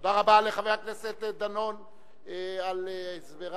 תודה רבה לחבר הכנסת דנון על הסבריו.